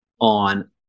on